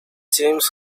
james